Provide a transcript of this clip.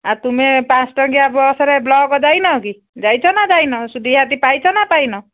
ଆଉ ତୁମେ ପାଞ୍ଚ ଟଙ୍କିଆ ବସରେ ବ୍ଲକ୍ ଯାଇନ କି ଯାଇଛ ନା ଯାଇନ ସୁବିଧାଟି ପାଇଛ ନା ପାଇନ